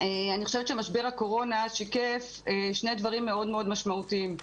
אני חושבת שמשבר הקורונה שיקף שני דברים מאוד מאוד משמעותיים.